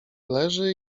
leży